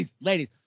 ladies